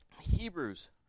Hebrews